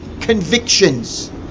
convictions